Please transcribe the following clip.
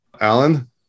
alan